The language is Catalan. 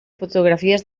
fotografies